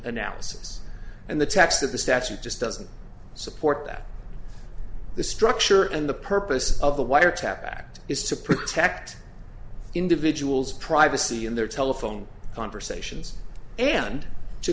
analysis and the text of the statute just doesn't support that the structure and the purpose of the wiretap act is to protect individuals privacy in their telephone conversations and to